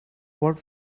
what